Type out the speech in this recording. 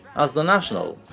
as the national,